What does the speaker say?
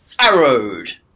arrowed